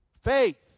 faith